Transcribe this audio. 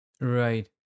Right